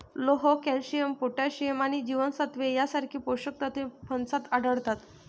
लोह, calcium, potassium आणि जीवनसत्त्वे यांसारखी पोषक तत्वे फणसात आढळतात